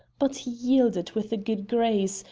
but he yielded with good grace,